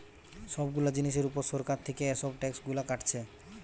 সব গুলা জিনিসের উপর সরকার থিকে এসব ট্যাক্স গুলা কাটছে